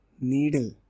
needle